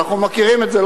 אנחנו מכירים את זה,